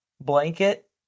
Blanket